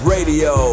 Radio